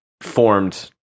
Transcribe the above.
formed